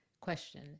question